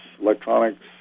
electronics